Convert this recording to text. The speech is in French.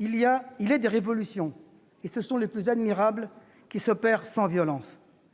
Il est des révolutions-et ce sont les plus admirables -qui s'opèrent sans violence,